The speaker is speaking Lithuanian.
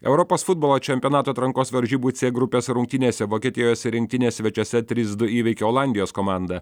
europos futbolo čempionato atrankos varžybų c grupės rungtynėse vokietijos rinktinė svečiuose trys du įveikė olandijos komandą